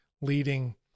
leading